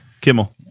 Kimmel